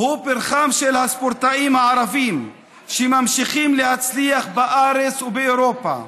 הוא פרחם של הספורטאים הערביים שממשיכים להצליח בארץ ובאירופה,